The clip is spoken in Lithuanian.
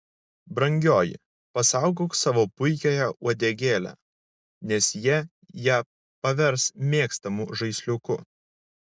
brangioji pasaugok savo puikiąją uodegėlę nes jie ją pavers mėgstamu žaisliuku